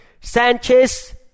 Sanchez